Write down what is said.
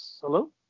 Hello